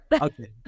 Okay